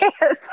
yes